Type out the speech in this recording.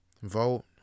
vote